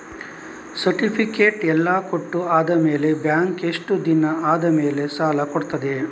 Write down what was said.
Certificate ಎಲ್ಲಾ ಕೊಟ್ಟು ಆದಮೇಲೆ ಬ್ಯಾಂಕ್ ಎಷ್ಟು ದಿನ ಆದಮೇಲೆ ಸಾಲ ಕೊಡ್ತದೆ?